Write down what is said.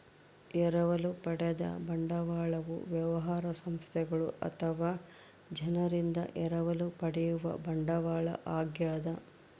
ಎರವಲು ಪಡೆದ ಬಂಡವಾಳವು ವ್ಯವಹಾರ ಸಂಸ್ಥೆಗಳು ಅಥವಾ ಜನರಿಂದ ಎರವಲು ಪಡೆಯುವ ಬಂಡವಾಳ ಆಗ್ಯದ